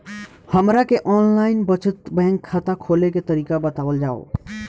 हमरा के online बचत बैंक खाता खोले के तरीका बतावल जाव?